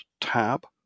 tab